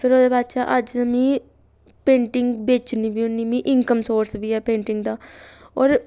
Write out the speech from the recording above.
फिर ओह्दे बाद च अज्ज मी पेंटिंग बेचनी बी होन्नीं मी इनकम सोर्स बी ऐ पेंटिंग दा होर